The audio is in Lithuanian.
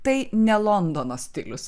tai ne londono stilius